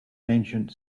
ancient